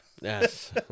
Yes